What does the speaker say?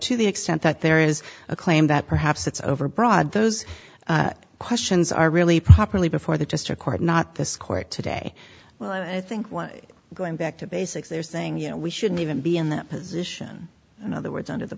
to the extent that there is a claim that perhaps it's overbroad those questions are really properly before the just record not this court today well i think we're going back to basics they're saying you know we shouldn't even be in that position in other words under the